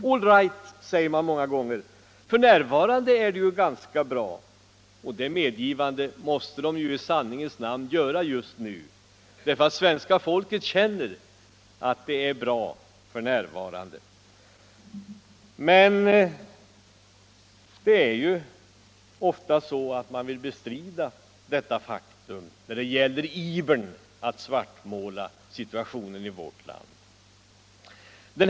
”All right”, säger de många gånger, ”f. n. är det ganska bra”. Och det medgivandet måste de i sanningens namn göra just nu, för svenska folket känner att det är bra f.n. Men det är ju ofta så att man vill bestrida detta faktum i sin iver att svartmåla situationen i landet.